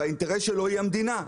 והאינטרס שלו היא המדינה.